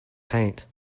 paint